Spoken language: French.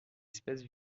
espèce